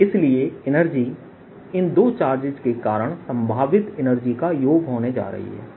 और इसलिए एनर्जी इन दो चार्जेस के कारण संभावित एनर्जी का योग होने जा रही है